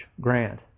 grant